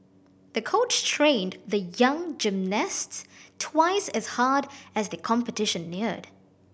the coach trained the young gymnast twice as hard as the competition neared